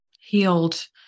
healed